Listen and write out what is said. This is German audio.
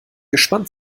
gespannt